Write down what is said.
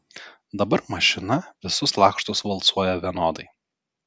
dabar mašina visus lakštus valcuoja vienodai